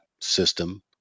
system